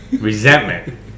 resentment